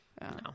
no